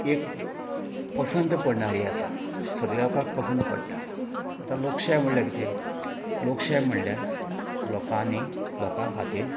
एक पसंत पडणारी आसा सगल्या लोकांक पसंत पडटा आता लोकशाय म्हणल्यार कितें लोकशाय म्हणल्यार लोकांनी लोकां खातीर